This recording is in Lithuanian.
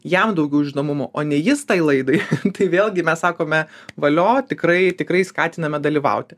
jam daugiau žinomumo o ne jis tai laidai tai vėlgi mes sakome valio tikrai tikrai skatiname dalyvauti